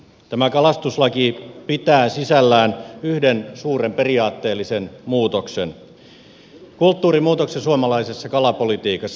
tämä kalastuslaki pitää sisällään yhden suuren periaatteellisen muutoksen kulttuurinmuutoksen suomalaisessa kalapolitiikassa